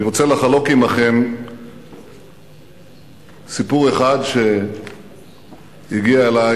אני רוצה לחלוק עמכם סיפור אחד שהגיע אלי